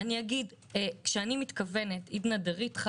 אני אגיד: כשאני מתכוונת עידנא דריתחא